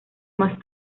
más